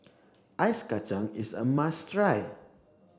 ice Kacang is a must try